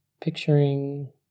picturing